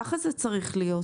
כך צריך להיות.